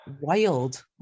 wild